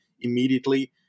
immediately